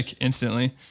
instantly